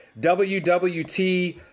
WWT